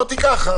ואמרתי: ככה.